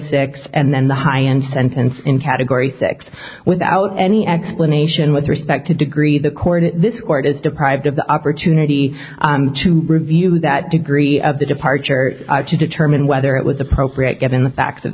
six and then the high end sentence in category six without any explanation with respect to degree the court orders deprived of the opportunity to review that degree of the departure to determine whether it was appropriate given the facts of